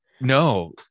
no